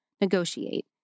negotiate